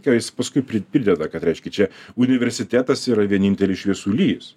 ką jis paskui prideda kad reiškia čia universitetas yra vienintelis šviesulys